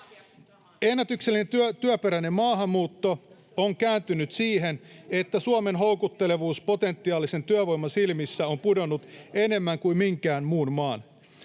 Ennätyksellinen työperäinen maahanmuutto on kääntynyt siihen, että Suomen houkuttelevuus potentiaalisen työvoiman silmissä on pudonnut enemmän kuin minkään muun maan.